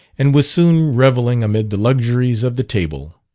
and was soon revelling amid the luxuries of the table.